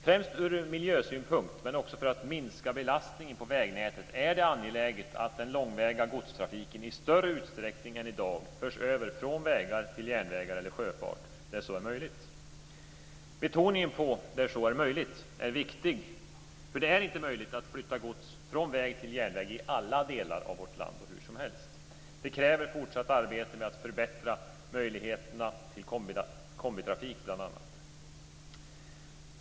Främst ur miljösynpunkt, men också för att minska belastningen på vägnätet, är det angeläget att den långväga godstrafiken i större utsträckning än i dag förs över från vägar till järnvägar eller sjöfart där så är möjligt. Betoningen på "där så är möjligt" är viktig. För det är inte möjligt att flytta gods från väg till järnväg i alla delar av vårt land och hur som helst. Det kräver fortsatt arbete med att förbättra möjligheterna för bl.a. kombitrafik.